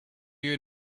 you